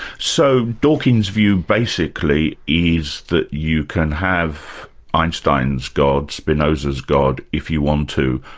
so dawkins' view basically is that you can have einstein's gods, spinoza's god, if you want to,